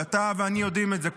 ואתה ואני יודעים את זה,